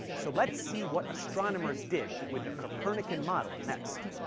so let's see what astronomers did with the copernican model next.